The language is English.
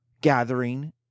Gathering